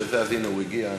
הנה, הוא הגיע.